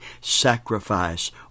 sacrifice